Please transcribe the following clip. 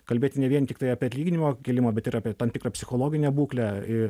kalbėt ne vien tiktai apie atlyginimo kilimą bet ir apie tam tikrą psichologinę būklę i